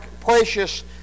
precious